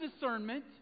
discernment